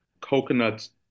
Coconuts